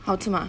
好吃 mah